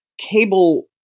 cable